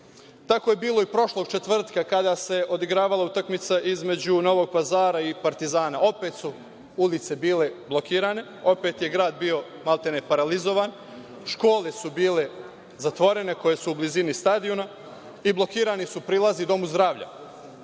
je bilo i prošlog četvrtka, kada se odigravala utakmica između Novog Pazara i Partizana. Opet su ulice bile blokirane, opet je grad bio paralizovan, škole su bile zatvorene koje su u blizini stadiona i blokirani su prilazi domu zdravlja,